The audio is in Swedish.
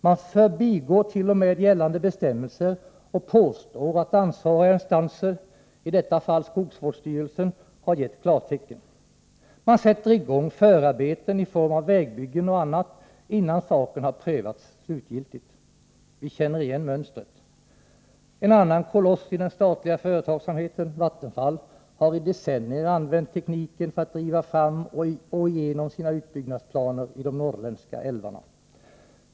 Man förbigår t.o.m. gällande bestämmelser och påstår att ansvariga instanser, i detta fall skogsvårdsstyrelsen, har gett klartecken. Man sätter i gång förarbeten i form av vägbyggen och annat innan saken har prövats slutgiltigt. Vi känner igen mönstret. En annan koloss i den statliga företagsamheten, Vattenfall, har i decennier använt tekniken för att driva fram och igenom sina utbyggnadsplaner i de norrländska älvarna.